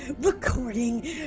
Recording